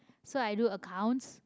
so i do accounts